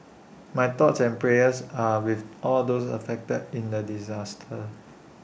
my thoughts and prayers are with all those affected in the disaster